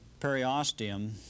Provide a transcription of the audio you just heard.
periosteum